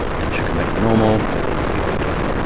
and it should come back to normal, and just be very careful.